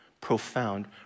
profound